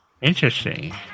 interesting